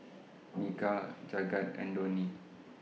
Milkha Jagat and Dhoni